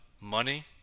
money